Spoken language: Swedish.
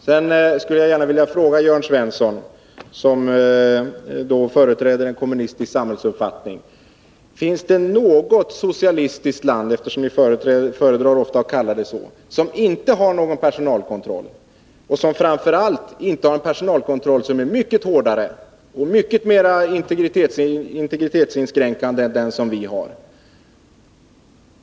Sedan skulle jag gärna vilja fråga Jörn Svensson, som företräder en kommunistisk samhällsuppfattning: Finns det, som ni ofta brukar kalla det, något socialistiskt land som inte har någon personalkontroll och som framför allt inte har en personalkontroll som är mycket hårdare och mycket mer integritetsinskränkande än den som vi har?